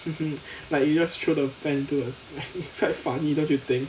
呵呵 like you just throw the pen into the it's quite funny don't you think